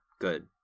Good